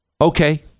Okay